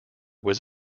was